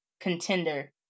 contender